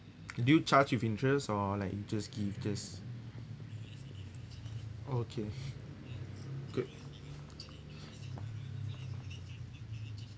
do you charge with interest or like you just give just okay good